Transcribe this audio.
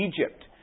Egypt